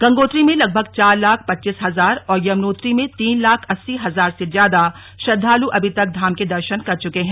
गंगोत्री में लगभग चार लाख पच्चीस हजार और यमुनोत्री में तीन लाख अस्सी हजार से ज्यादा श्रद्दालु अभी तक धाम के द न कर चुके हैं